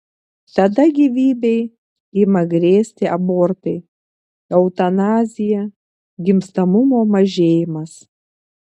tada gyvybei ima grėsti abortai eutanazija gimstamumo mažėjimas